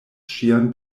ŝian